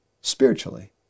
spiritually